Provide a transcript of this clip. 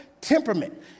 temperament